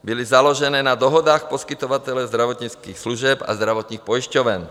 Byly založené na dohodách poskytovatelů zdravotnických služeb a zdravotních pojišťoven.